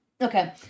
Okay